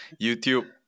YouTube